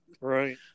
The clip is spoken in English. right